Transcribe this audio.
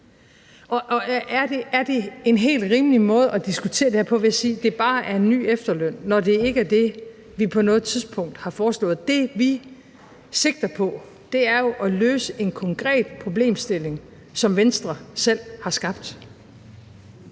Og er det en helt rimelig måde at diskutere det her på ved at sige, at det bare er en ny efterløn, når det ikke er det, vi på noget tidspunkt har foreslået? Det, vi sigter på, er jo at løse en konkret problemstilling, som Venstre selv har skabt.